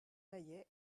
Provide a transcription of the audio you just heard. maillets